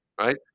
Right